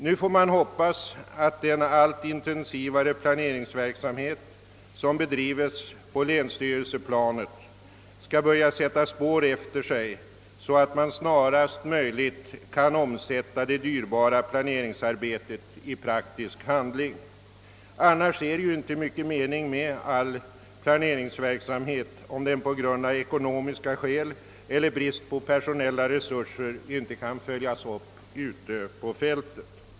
Vi får hoppas att den allt intensivare planeringsverksamhet som bedrives på länsstyrelseplanet skall börja lämna spår efter sig, så att man snarast möjligt kan omsätta det dyrbara planeringsarbetet i praktisk handling. Det är inte mycken mening med all planeringsverksamhet, om den av ekonomiska skäl eller av brist på personella resurser inte kan följas upp ute på fältet.